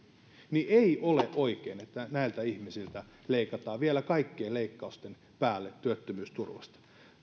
niin ei ole oikein että näiltä ihmisiltä leikataan vielä kaikkien leikkausten päälle työttömyysturvasta nyt